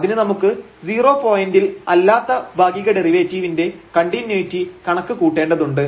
അതിന് നമുക്ക് 0 പോയിന്റിൽ അല്ലാത്ത ഭാഗിക ഡെറിവേറ്റീവിന്റെ കണ്ടിന്യൂയിറ്റി കണക്ക് കൂട്ടേണ്ടതുണ്ട്